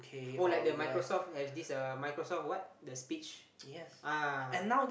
oh like the Microsoft has this uh Microsoft what the speech ah